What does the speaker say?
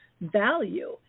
value